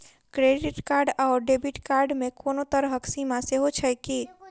Credit card आओर debit card मे कोनो तरहक सीमा सेहो छैक की?